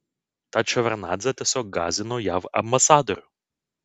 tad ševardnadzė tiesiog gąsdino jav ambasadorių